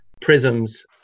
Prism's